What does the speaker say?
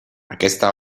aquesta